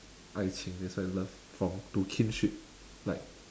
爱情 they say love from to kinship like